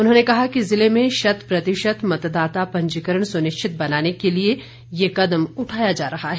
उन्होंने कहा कि ज़िले में शत प्रतिशत मतदाता पंजीकरण सुनिश्चित बनाने के लिए ये कदम उठाया जा रहा है